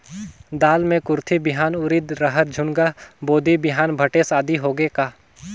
दाल मे कुरथी बिहान, उरीद, रहर, झुनगा, बोदी बिहान भटेस आदि होगे का?